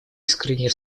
искренние